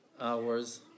hours